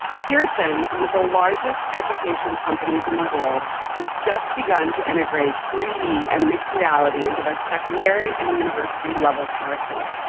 pearson, one of the largest education company's in the world, has just begun to integrate three d and mixed reality into their secondary and university level curriculum.